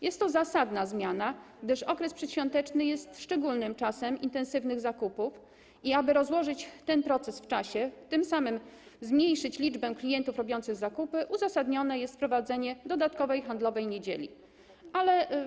Jest to zasadna zmiana, gdyż okres przedświąteczny jest szczególnym czasem intensywnych zakupów i aby rozłożyć ten proces w czasie, tym samym zmniejszyć liczbę klientów robiących zakupy, uzasadnione jest wprowadzenie dodatkowej niedzieli handlowej.